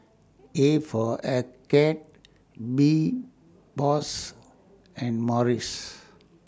A For Arcade B Bose and Morries